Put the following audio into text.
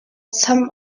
some